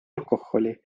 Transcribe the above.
alkoholi